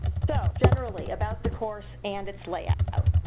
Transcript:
so generally about the course and its layout.